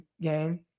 game